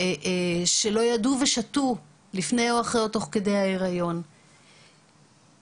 ידעו ושתו תוך כדי ההיריון או ההנקה.